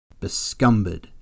Bescumbered